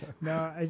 No